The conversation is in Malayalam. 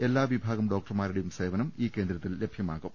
എല്ലാ വിഭാഗം ഡോക്ടർമാരുടെയും സ്വേനം കേന്ദ്രത്തിൽ ലഭ്യമാകും